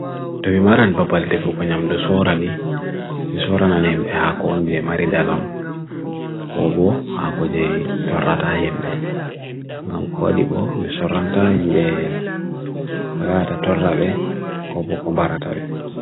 Tawimaran papal tefukanyamdu suorani, misoran anempe hako ondye maridalam, ko bo hako jay torrata hembe, gam ko adibo misoranta hembe ko yaata torrawe, ko bo kombarata we.